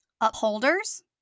upholders